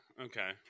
Okay